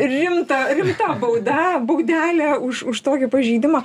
rimta rimta bauda baudelė už už tokį pažeidimą